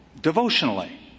devotionally